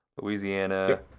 Louisiana